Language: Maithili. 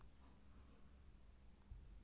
विभिन्न तरहक रोग मे सेहो एकर उपयोग कैल जाइ छै